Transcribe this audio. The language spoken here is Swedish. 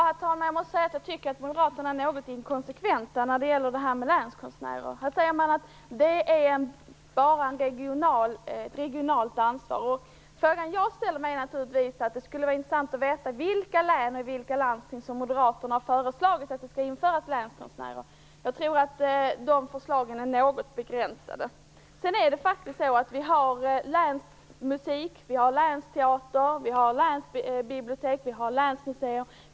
Herr talman! Jag måste säga att jag tycker att Moderaterna är något inkonsekventa när det gäller länskonstnärerna. De säger att detta endast är ett regionalt ansvar. Jag tycker då naturligtvis att det skulle vara intressant att veta i vilka län och vilka landsting Moderaterna har föreslagit att länskonstnärer skall införas. Jag tror att de förslagen är något begränsade. Vi har länsmusik, länsteater, länsbibliotek och länsmuseer.